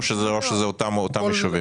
זה מסובך.